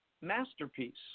masterpiece